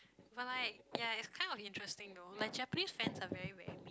but like ya it's kind of interesting though like Japanese fans are very rare